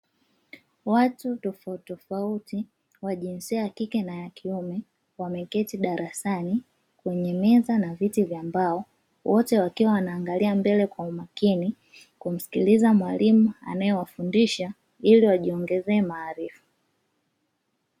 Watu tofautitofauti wa jinsia ya kike na ya kiume wameketi darasani kwenye meza na viti vya mbao wote wakiwa wana angalia mbele kwa umakini, kumsikiliza mwalimu anaye wafundisha ili wajiongezee maarifa.